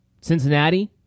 Cincinnati